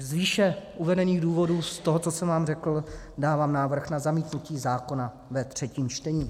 Z výše uvedených důvodů, z toho, co jsem vám řekl, dávám návrh na zamítnutí zákona ve třetím čtení.